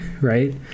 Right